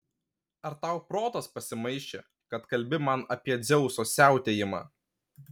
ar tau protas pasimaišė kad kalbi man apie dzeuso siautėjimą